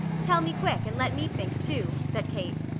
tell me quick and let me think, too said kate.